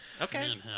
Okay